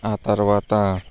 ఆ తరువాత